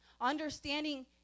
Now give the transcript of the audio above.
Understanding